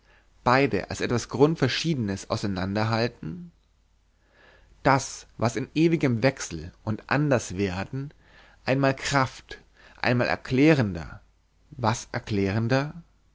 beide als etwas grundverschiedenes auseinander halten das was in ewigem wechsel und anders werden einmal kraft einmal erklärender was erklärender